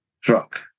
truck